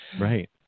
Right